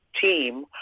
team